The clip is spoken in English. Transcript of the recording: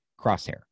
Crosshair